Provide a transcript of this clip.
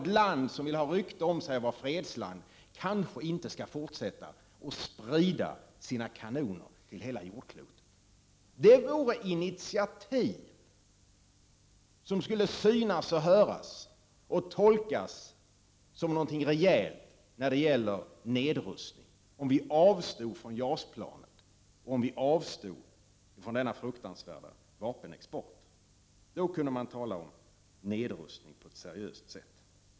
Ett land som vill ha rykte om sig att vara fredsland kanske inte skall fortsätta att sprida sina kanoner till hela jordklotet. Det vore ett initiativ som skulle synas och höras och tolkas som någonting rejält när det gäller nedrustning. Tänk om vi avstod från JAS-planet och från denna fruktansvärda vapenexport! Då kunde man tala om nedrustning på ett seriöst sätt.